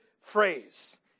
phrase